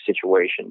situation